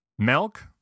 Milk